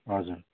हजुर